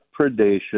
predation